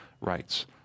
rights